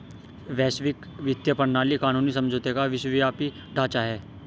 वैश्विक वित्तीय प्रणाली कानूनी समझौतों का विश्वव्यापी ढांचा है